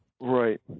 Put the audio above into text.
Right